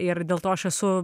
ir dėl to aš esu